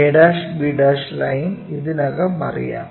ab line ഇതിനകം അറിയാം